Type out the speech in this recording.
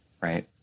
right